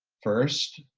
first,